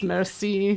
Mercy